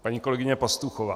Paní kolegyně Pastuchová.